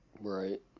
Right